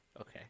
Okay